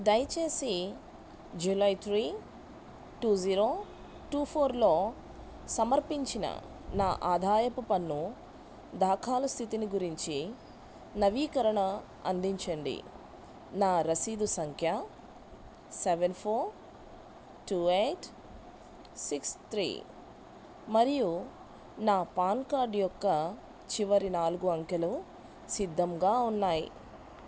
దయచేసి July three two zero two ఫోర్లో సమర్పించిన నా ఆదాయపు పన్ను దాఖలు స్థితి గురించి నవీకరణ అందించండి నా రసీదు సంఖ్య seven four two eight six three మరియు నా పాన్ కార్డు యొక్క చివరి నాలుగు అంకెలు సిద్ధంగా ఉన్నాయి